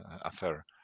affair